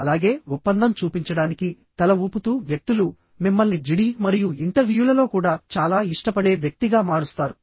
అలాగే ఒప్పందం చూపించడానికి తల ఊపుతూ వ్యక్తులు మిమ్మల్ని జిడి మరియు ఇంటర్వ్యూలలో కూడా చాలా ఇష్టపడే వ్యక్తిగా మారుస్తారు